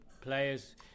players